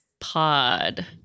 Pod